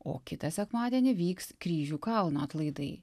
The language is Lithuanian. o kitą sekmadienį vyks kryžių kalno atlaidai